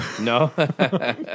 No